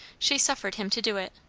she suffered him to do it.